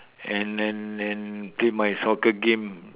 and and and play my soccer game